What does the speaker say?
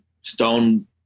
stone